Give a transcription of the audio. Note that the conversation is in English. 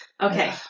Okay